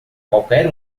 qualquer